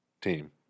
team